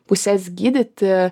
puses gydyti